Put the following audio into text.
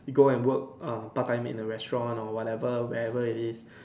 you go and work um part time in a restaurant or whatever wherever it is